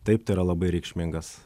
taip tai yra labai reikšmingas